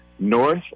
north